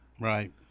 right